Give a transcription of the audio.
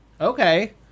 Okay